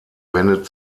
wendet